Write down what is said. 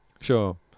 Sure